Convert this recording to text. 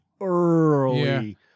early